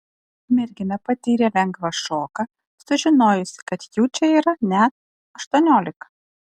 mergina patyrė lengvą šoką sužinojusi kad jų čia yra net aštuoniolika